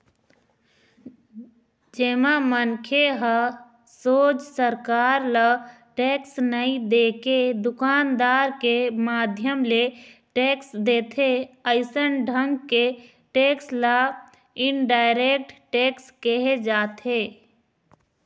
जेमा मनखे ह सोझ सरकार ल टेक्स नई देके दुकानदार के माध्यम ले टेक्स देथे अइसन ढंग के टेक्स ल इनडायरेक्ट टेक्स केहे जाथे